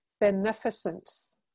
beneficence